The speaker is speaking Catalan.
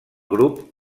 grup